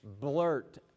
blurt